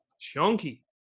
chunky